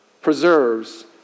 preserves